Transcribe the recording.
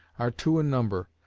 are two number,